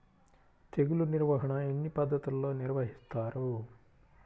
తెగులు నిర్వాహణ ఎన్ని పద్ధతులలో నిర్వహిస్తారు?